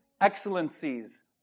excellencies